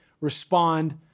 respond